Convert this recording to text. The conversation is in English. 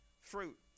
fruit